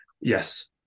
Yes